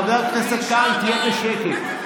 חבר הכנסת קרעי, תהיה בשקט.